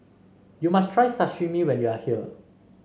you must try Sashimi when you are here